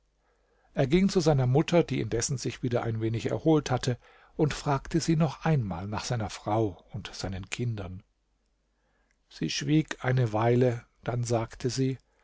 er ging zu seiner mutter die indessen sich wieder ein wenig erholt hatte und fragte sie noch einmal nach seiner frau und seinen kindern sie schwieg eine weile dann sagte sie